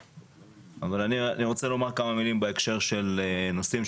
אני רוצה לומר כמה מילים בהקשר של נושאים,